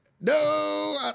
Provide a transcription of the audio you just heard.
No